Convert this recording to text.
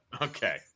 Okay